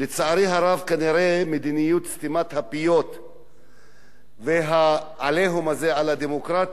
כנראה מדיניות סתימת הפיות וה"עליהום" הזה על הדמוקרטיה נמשכים,